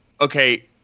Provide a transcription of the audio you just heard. okay